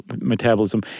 metabolism